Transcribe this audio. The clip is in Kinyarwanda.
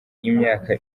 imyaka